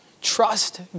Trust